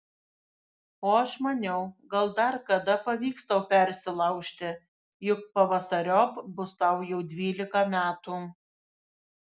o aš maniau gal dar kada pavyks tau persilaužti juk pavasariop bus tau jau dvylika metų